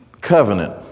covenant